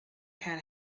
had